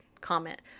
comment